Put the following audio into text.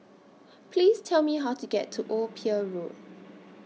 Please Tell Me How to get to Old Pier Road